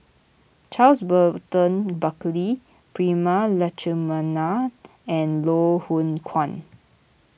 Charles Burton Buckley Prema Letchumanan and Loh Hoong Kwan